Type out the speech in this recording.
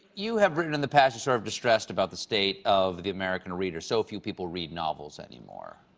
you have written in the past, sort of distressed about the state of the american reader. so few people read novels anymore.